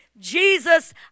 jesus